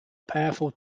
powerful